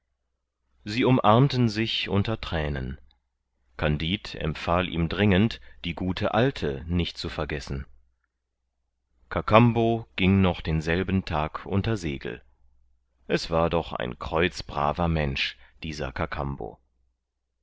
sie umarmten sich unter thränen kandid empfahl ihm dringend die gute alte nicht zu vergessen kakambo ging noch denselben tag unter segel es war doch ein kreuzbraver mensch dieser